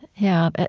yeah.